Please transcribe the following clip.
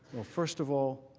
first of all,